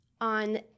on